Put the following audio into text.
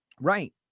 Right